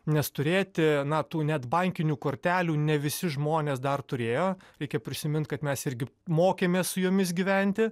nes turėti na tų net bankinių kortelių ne visi žmonės dar turėjo reikia prisimint kad mes irgi mokėmės su jomis gyventi